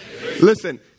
Listen